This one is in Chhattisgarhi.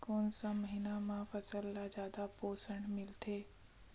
कोन से महीना म फसल ल जादा पोषण मिलथे?